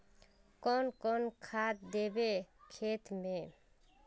कौन कौन खाद देवे खेत में?